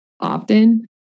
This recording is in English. often